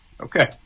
okay